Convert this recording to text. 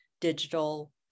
digital